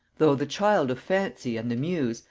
though the child of fancy and the muse,